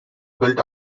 built